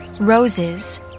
roses